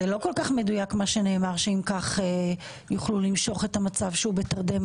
זה לא כל כך מדויק מה שנאמר שיוכלו למשוך את המצב שהוא בתרדמת.